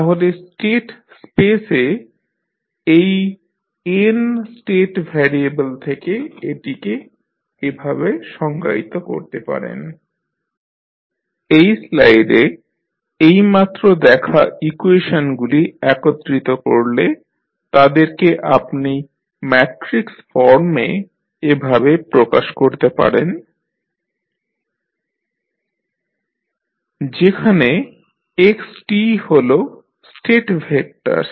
তাহলে state space এ এই n স্টেট ভ্যারিয়েবল থেকে এটিকে এভাবে সংজ্ঞায়িত করতে পারেন xtAxtBu এই স্লাইডে এইমাত্র দেখা ইকুয়েশনগুলি একত্রিত করলে তাদেরকে আপনি ম্যাট্রিক্স ফর্ম এ এভাবে প্রকাশ করতে পারেন xtAxtBu যেখানে xt হল স্টেট ভেক্টর